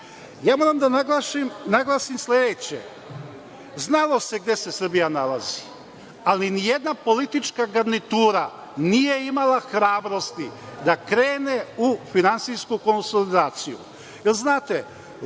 Moram da naglasim sledeće. Znalo se gde se Srbija nalazi, ali nijedna politička garnitura nije imala hrabrosti da krene u finansijsku konsolidaciju.